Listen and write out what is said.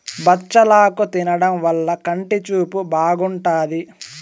బచ్చలాకు తినడం వల్ల కంటి చూపు బాగుంటాది